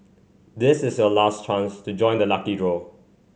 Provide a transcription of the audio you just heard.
this is your last chance to join the lucky draw